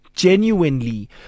genuinely